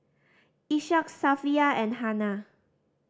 Ishak Safiya and Hana